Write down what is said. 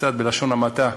קצת בלשון המעטה,